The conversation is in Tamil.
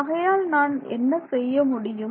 ஆகையால் நான் என்ன செய்யமுடியும்